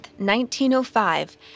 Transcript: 1905